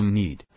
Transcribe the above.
need